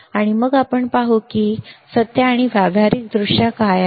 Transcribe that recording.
आणि मग आपण हे पाहू की सत्य किंवा व्यावहारिकदृष्ट्या काय आहे